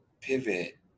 pivot